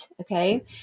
Okay